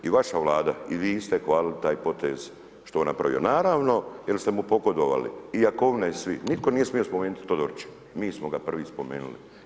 I vaša vlada i vi ste hvalili taj potez, što je on napravio, naravno jer ste mu pogodovali, i Jakovina i svi, nitko nije smio spomenuti Todorića, mi smo ga prvi spomenuli.